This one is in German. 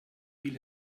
viel